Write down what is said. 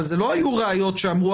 אבל זה לא היו ראיות שאמרו,